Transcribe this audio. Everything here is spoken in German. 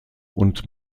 und